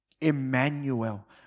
Emmanuel